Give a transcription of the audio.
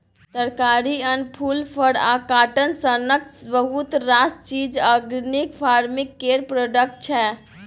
तरकारी, अन्न, फुल, फर आ काँटन सनक बहुत रास चीज आर्गेनिक फार्मिंग केर प्रोडक्ट छै